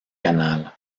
canal